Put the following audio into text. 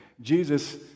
Jesus